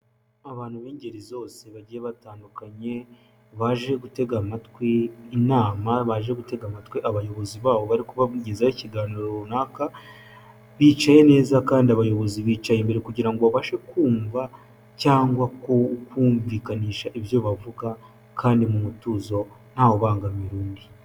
Abantu b'ingeri zose bagiye batandukanye, baje gutega amatwi inama baje gutega amatwi abayobozi babo bari kubavugezaho ikiganiro runaka, bicaye neza kandi abayobozi bicaye imbere kugira ngo babashe kumva cyangwa kumvikanisha ibyo bavuga kandi mu mutuzo ntawe ubangamira undi.